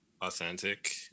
authentic